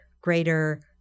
greater